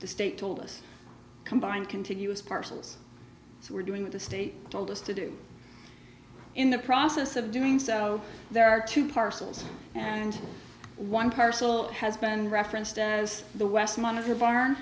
the state told us combine continuous parcels so we're doing with the state told us to do in the process of doing so there are two parcels and one parcel has been referenced as the west monitor barn